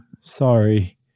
sorry